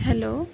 hello